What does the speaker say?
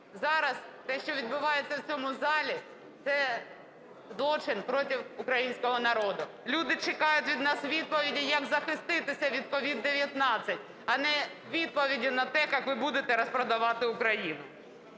зараз те, що відбувається в цьому залі, це злочин проти українського народу. Люди чекають від нас відповіді, як захиститися від COVID-19, а не відповіді на те, як ви будете розпродавати Україну.